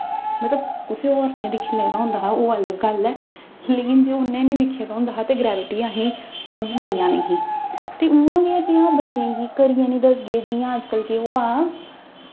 मतलब ओह् अलग गल्ल ऐ लेकिन जे उ'नें निं दिक्खे दा होंदा हा ग्रैविटी असेंगी समझ नेईं आनी ही ते उ'यां गै जि'यां बच्चें गी करियै निं दस्सगे अज्ज कल केह् होआ